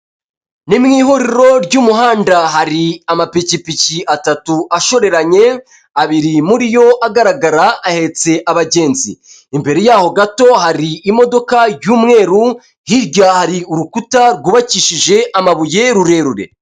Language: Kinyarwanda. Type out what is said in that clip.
Ni mu ihuriro ry'umuhanda hari amapikipiki atatu ashoreranye abiri muri yo agaragara ahetse abagenzi imbere yaho gato hari imodoka y'umweru hirya hari urukuta rwubakishije amabuye rurerure .